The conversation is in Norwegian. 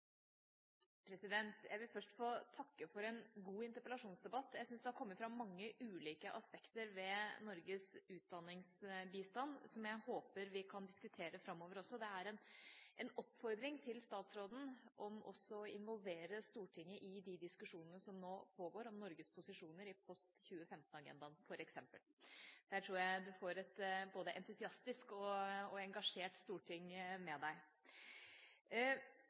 disse. Jeg vil først få takke for en god interpellasjonsdebatt. Jeg syns det har kommet fram mange ulike aspekter ved Norges utdanningsbistand som jeg håper vi også kan diskutere framover. Det er en oppfordring til statsråden om også å involvere Stortinget i de diskusjonene som nå pågår, f.eks. om Norges posisjoner i Post 2015-agendaen. Der tror jeg statsråden får et både entusiastisk og engasjert storting med